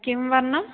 कः वर्णः